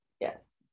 Yes